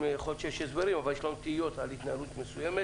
יכול להיות שיש הסברים אבל יש לנו תהיות על התנהלות מסוימת.